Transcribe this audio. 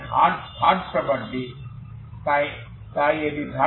তাই এটি third property